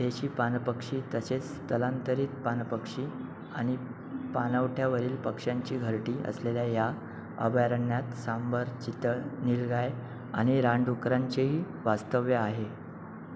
देशी पाणपक्षी तसेच स्थलांतरित पाणपक्षी आणि पाणवठ्यावरील पक्ष्यांची घरटी असलेल्या ह्या अभयारण्यात सांबर चितळ नीलगाय आनि रानडुकरांचेही वास्तव्य आहे